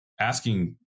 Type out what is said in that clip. asking